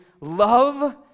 Love